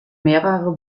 mehrere